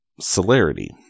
celerity